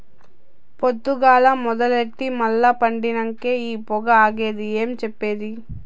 పొద్దుగాల మొదలెట్టి మల్ల పండినంకే ఆ పొగ ఆగేది ఏం చెప్పేది